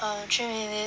err three minutes